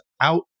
out